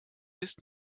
ist